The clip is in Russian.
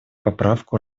поправку